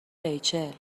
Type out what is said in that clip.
ریچل